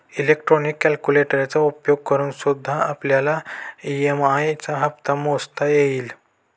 electronic कैलकुलेटरचा उपयोग करूनसुद्धा आपल्याला ई.एम.आई चा हप्ता मोजता येईल